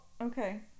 okay